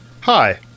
Hi